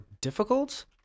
difficult